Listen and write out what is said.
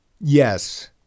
Yes